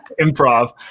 improv